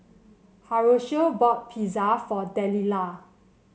Horacio bought Pizza for Delila